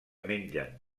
mengen